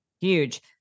huge